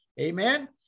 Amen